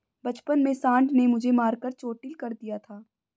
बचपन में सांड ने मुझे मारकर चोटील कर दिया था